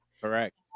correct